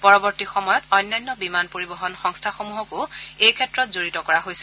পৰৱৰ্তী সময়ত অন্যান্য বিমান পৰিবহণ সংস্থাসমূহকো এই ক্ষেত্ৰত জড়িত কৰা হৈছিল